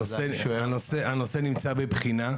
הנושא נמצא בבחינה.